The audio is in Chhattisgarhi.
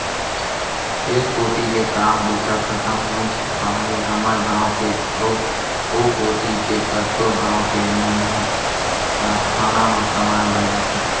खेत कोती ले काम बूता खतम होइस ताहले हमर गाँव के अउ ओ कोती के कतको गाँव के मन ह कारखाना म कमाए बर जाथे